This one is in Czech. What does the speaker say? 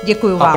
Děkuju vám.